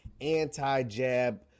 anti-jab